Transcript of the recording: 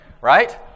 right